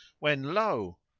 when lo!